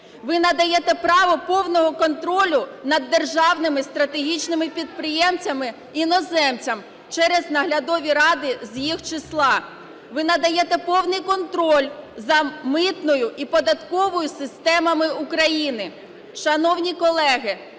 Ви надаєте право повного контролю над державними стратегічними підприємствами іноземцям через наглядові ради з їх числа. Ви надаєте повний контроль за митною і податковою системами України. Шановні колеги,